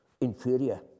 Inferior